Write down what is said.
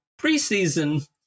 preseason